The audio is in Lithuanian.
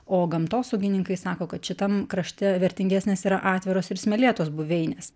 o gamtosaugininkai sako kad šitam krašte vertingesnės yra atviros ir smėlėtos buveinės